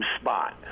spot